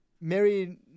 Mary